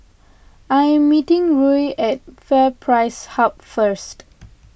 I am meeting Ruie at FairPrice Hub first